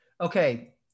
Okay